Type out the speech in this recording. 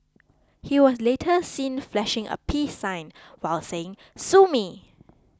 he was later seen flashing a peace sign while saying Sue me